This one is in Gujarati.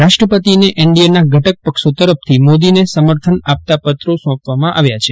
રાષ્ટ્રપતિને એનડીએના ધટક પક્ષો તરફથી મોદીને સમર્થન આપતા પત્રો સોંપવામાં આવ્યા છે